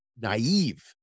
naive